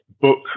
book